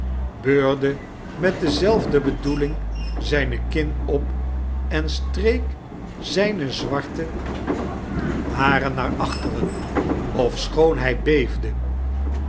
beurde met dezelfde bedoeling zijne kin op en streek zijne zwarte haren naar achteren ofschoon hij